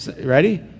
Ready